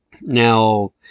Now